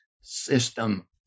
system